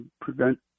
prevent